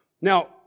Now